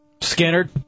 Skinner